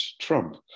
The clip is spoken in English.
Trump